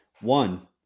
One